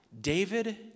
David